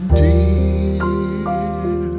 dear